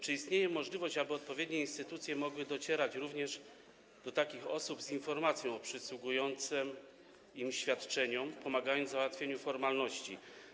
Czy istnieje możliwość, aby odpowiednie instytucje mogły również docierać do takich osób z informacją o przysługującym im świadczeniu, pomagając w załatwieniu formalności?